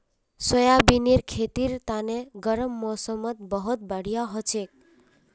सोयाबीनेर खेतीर तने गर्म मौसमत बहुत बढ़िया हछेक